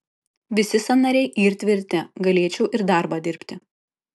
visi sąnariai yr tvirti galėčiau ir darbą dirbti